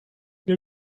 mir